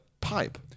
pipe